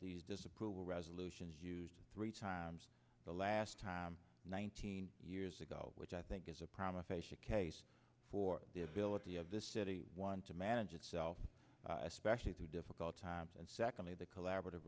these disapproval resolutions used three times the last time nineteen years ago which i think is a promise facia case for the ability of this city one to manage itself especially through difficult times and secondly the collaborative